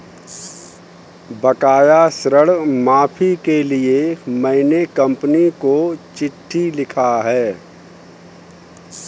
बकाया ऋण माफी के लिए मैने कंपनी को चिट्ठी लिखा है